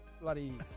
bloody